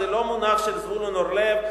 זה לא מונח של זבולון אורלב,